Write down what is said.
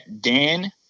Dan